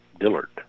Dillard